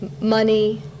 money